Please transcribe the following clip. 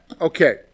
okay